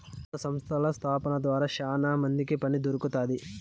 కొత్త సంస్థల స్థాపన ద్వారా శ్యానా మందికి పని దొరుకుతాది